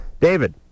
David